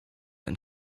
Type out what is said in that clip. and